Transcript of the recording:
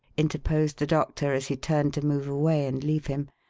interposed the doctor as he turned to move away and leave him.